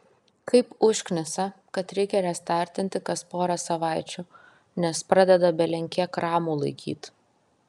kaip užknisa kad reikia restartinti kas porą savaičių nes pradeda belenkiek ramų laikyt